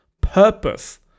purpose